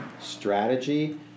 strategy